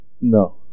No